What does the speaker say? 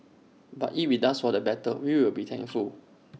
but if IT does for the better we will be thankful